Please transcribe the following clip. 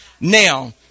Now